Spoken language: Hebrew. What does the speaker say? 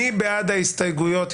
מי בעד קבלת ההסתייגויות?